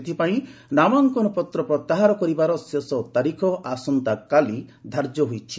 ସେଥିପାଇଁ ନାମାଙ୍କନ ପତ୍ର ପ୍ରତ୍ୟାହାର କରିବାର ଶେଷ ତାରିଖ ଆସନ୍ତାକାଲି ଧାର୍ଯ୍ୟ ହୋଇଛି